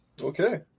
Okay